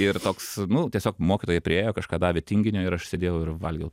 ir toks nu tiesiog mokytoja priėjo kažką davė tinginio ir aš sėdėjau ir valgiau